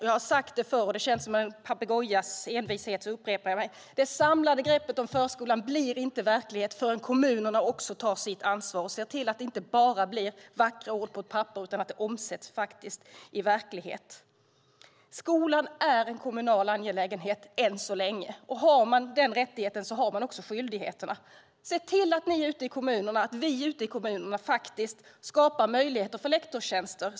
Jag har sagt det förut, och jag upprepar mig med en papegojas envishet: Det samlade greppet om förskolan blir inte verklighet förrän kommunerna tar sitt ansvar och ser till att det inte bara blir vackra ord på ett papper utan att det omsätts i verkligheten. Skolan är än så länge en kommunal angelägenhet. Har man rättigheten har man också skyldigheterna. Se till att vi ute i kommunerna skapar möjlighet för lektorstjänster!